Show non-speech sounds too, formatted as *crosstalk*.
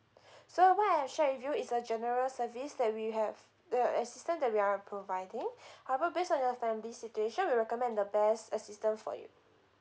*breath* so what I shared with you is a general service that we have the assistant that we are providing *breath* however based on your family situation we'll recommend the best assistant for you